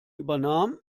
übernahm